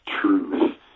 truth